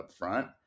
upfront